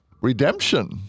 redemption